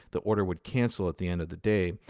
the order would cancel at the end of the day,